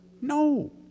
no